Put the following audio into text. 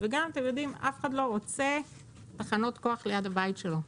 וגם אף אחד לא רוצה תחנות כוח ליד הבית שלו.